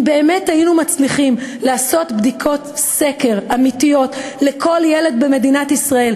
אם באמת היינו מצליחים לעשות בדיקות סקר אמיתיות לכל ילד במדינת ישראל,